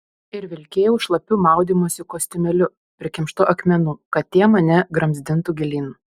ir vilkėjau šlapiu maudymosi kostiumėliu prikimštu akmenų kad tie mane gramzdintų gilyn